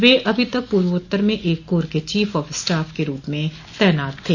वे अभी तक पूर्वोत्तर में एक कोर के चीफ ऑफ स्टाफ के रूप में तैनात थे